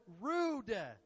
rude